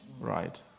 right